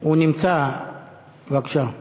בבקשה.